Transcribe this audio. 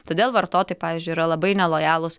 todėl vartotojai pavyzdžiui yra labai nelojalūs